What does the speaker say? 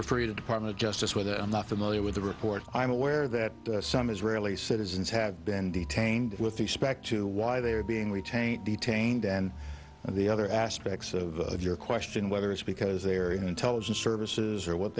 refer you to department of justice where that i'm not familiar with the report i'm aware that some israeli citizens have been detained with respect to why they are being retained detained and the other aspects of your question whether it's because their intelligence services or what